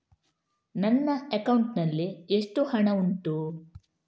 ನನ್ನ ಅಕೌಂಟ್ ನಲ್ಲಿ ಎಷ್ಟು ಹಣ ಉಂಟು?